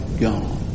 gone